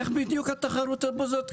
איך בדיוק התחרות הזאת קיימת?